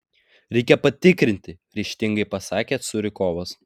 reikia patikrinti ryžtingai pasakė curikovas